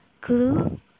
clue